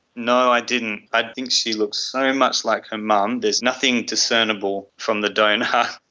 no, i didn't. i think she looks so much like her mum, there's nothing discernible from the donor.